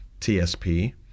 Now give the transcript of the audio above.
TSP